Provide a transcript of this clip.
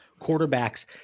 quarterbacks